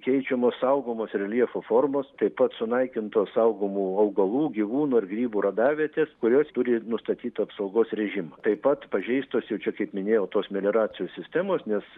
keičiamos saugomos reljefo formos taip pat sunaikintos saugomų augalų gyvūnų ar grybų radavietės kurios turi nustatytą apsaugos režimą taip pat pažeistos jau čia kaip minėjau tos melioracijos sistemos nes